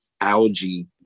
algae